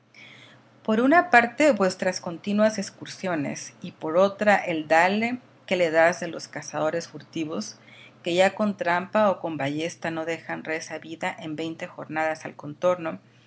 por una parte vuestras continuas excursiones y por otra el dale que le das de los cazadores furtivos que ya con trampa o con ballesta no dejan res a vida en veinte jornadas al contorno